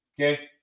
Okay